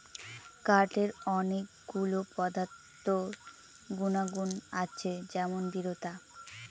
কাঠের অনেক গুলো পদার্থ গুনাগুন আছে যেমন দৃঢ়তা